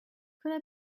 could